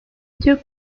türk